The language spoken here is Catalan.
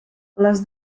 les